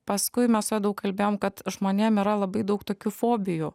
paskui mes su ja daug kalbėjom kad žmonėm yra labai daug tokių fobijų